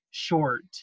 short